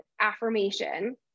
affirmation